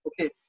okay